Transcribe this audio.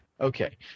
Okay